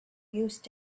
used